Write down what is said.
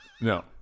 no